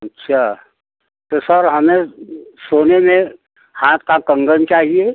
अच्छा तो सर हमें सोने में हाथ का कंगन चाहिए